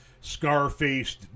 scar-faced